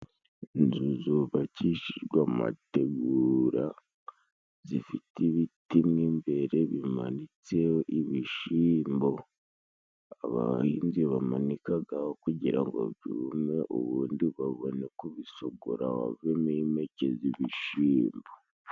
Inzu zubakishijwe amategura, zifite ibiti mo imbere bimanitse ibishimbo, abahinzi bamanikagaho kugira ngo byume ubundi babone kubisogora havemo impeke z'ibishimbo.